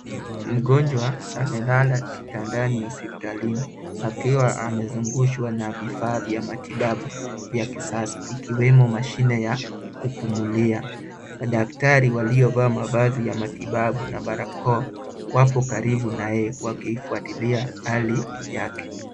Mgonjwa amelala kitandani hospitalini, akiwa amezungushwa na vifaa vya matibabu vya kisasa, ikiwemo mashine ya kupumulia. Madaktari waliovalia mavazi ya matibabu na barakoa wako karibu na yeye, wakifuatilia hali yake.